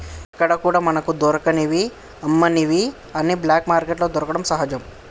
ఎక్కడా కూడా మనకు దొరకని అమ్మనివి అన్ని బ్లాక్ మార్కెట్లో దొరకడం సహజం